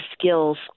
skills